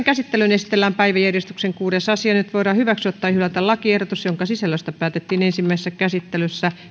käsittelyyn esitellään päiväjärjestyksen kuudes asia nyt voidaan hyväksyä tai hylätä lakiehdotus jonka sisällöstä päätettiin ensimmäisessä käsittelyssä